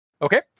Okay